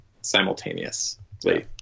simultaneously